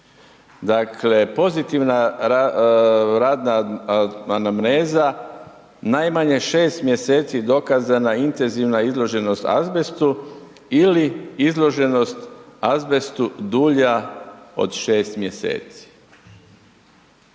Dakle, pozitivna radna anamneza najmanje 6. mjeseci dokazana intenzivna izloženost azbestu ili izloženost azbestu dulja od 6. mjeseci,